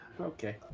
Okay